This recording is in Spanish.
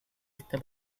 esta